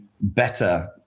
better